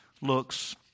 looks